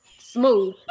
smooth